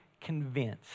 convinced